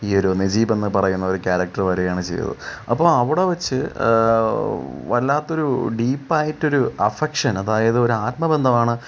ഈയൊരു നജീബെന്ന് പറയുന്ന ഒരു കാരക്ടർ വരികയാണ് ചെയ്യുന്നത് അപ്പോൾ അവിടെ വച്ച് വല്ലാത്തോരു ഡീപ്പായിട്ടൊരു അഫെക്ഷൻ അതായത് ഒരു ആത്മബന്ധമാണ്